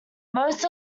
most